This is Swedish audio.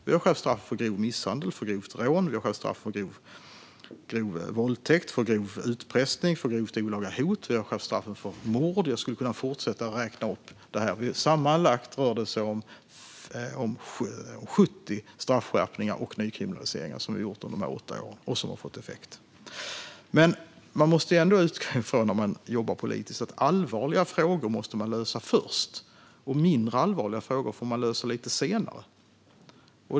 Vi har skärpt straffen för grov misshandel, grovt rån, grov våldtäkt, grov utpressning, grovt olaga hot och mord. Jag skulle kunna fortsätta räkna upp fler. Det rör sig om sammanlagt 70 straffskärpningar och nykriminaliseringar som vi har gjort under de här åtta åren och som har fått effekt. När man jobbar politiskt måste man ändå utgå från att allvarliga frågor måste lösas först, och mindre allvarliga frågor får man lösa lite senare.